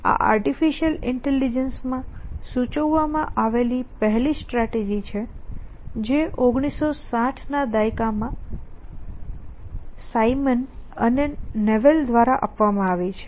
આ artificial intelligence માં સૂચવવામાં આવેલી પહેલી સ્ટ્રેટેજી છે જે 1960 ના દાયકા માં સાઈમન અને નેવેલ Simon Newell દ્વારા આપવામાં આવી છે